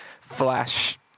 Flash